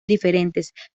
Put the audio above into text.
diferentes